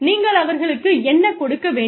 நீங்கள் அவர்களுக்கு என்ன கொடுக்க வேண்டும்